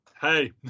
Hey